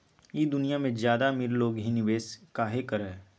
ई दुनिया में ज्यादा अमीर लोग ही निवेस काहे करई?